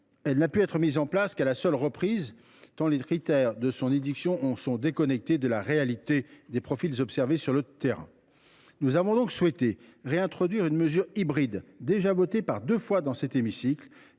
elle n’a pu être mise en œuvre qu’à une seule reprise, tant les critères de son édiction sont déconnectés de la réalité des profils observés sur le terrain. Nous avons donc souhaité réintroduire une mesure hybride, déjà votée par deux fois dans cet hémicycle,